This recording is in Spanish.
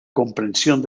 comprensión